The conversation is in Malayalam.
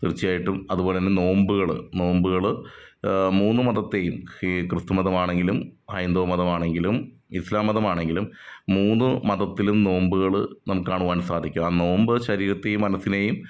തീർച്ചയായിട്ടും അതുപോലെ തന്നെ നോമ്പുകൾ നോമ്പുകൾ മൂന്ന് മതത്തേയും ഈ ക്രിസ്തു മതമാണെങ്കിലും ഹൈന്ദവ മതമാണങ്കിലും ഇസ്ലാം മതമാണെങ്കിലും മൂന്ന് മതത്തിലും നോമ്പുകൾ നമുക്ക് കാണുവാൻ സാധിക്കും ആ നോമ്പ് ശരീരത്തേയും മനസ്സിനേയും